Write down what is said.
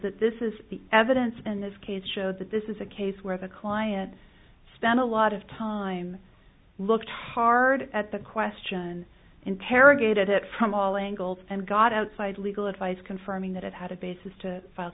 that this is the evidence in this case show that this is a case where the client spent a lot of time looked hard at the question interrogated it from all angles and got outside legal advice confirming that it had a basis to file